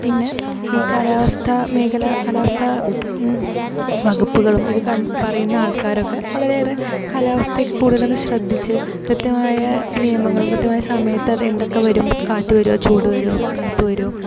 പിന്നെ ഈ കാലാവസ്ഥ മേഖല കാലാവസ്ഥ വകുപ്പുകളും ഇത് കൺ പറയുന്ന ആൾക്കാരൊക്കെ വളരെയേറെ കാലാവസ്ഥയൊക്കെ കൂടുതൽ ഒന്ന് ശ്രദ്ധിച്ച് കൃത്യമായ നിയമങ്ങളും കൃത്യമായ സമയത്ത് അത് എന്തൊക്കെ വരും കാറ്റ് വെരോ ചൂട് വെരോ തണുപ്പ് വരുമോ